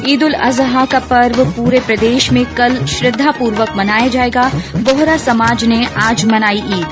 ईद उल अजहा का पर्व पूरे प्रदेश में कल श्रद्धापूर्वक मनाया जायेगा बोहरा समाज ने आज मनाई ईद